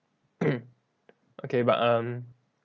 okay but um